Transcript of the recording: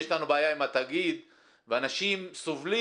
יש לנו בעיה עם התאגיד ואנשים סובלים